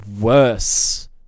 worse